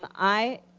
um i